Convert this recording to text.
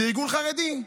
זה ארגון חרדי,